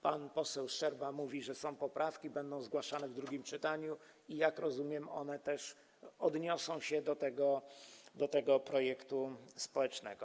Pan poseł Szczerba mówi, że są poprawki, będą zgłaszane w drugim czytaniu i, jak rozumiem, one też odniosą się do tego projektu społecznego.